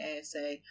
ASA